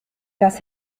das